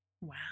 Wow